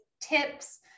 tips